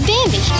Bambi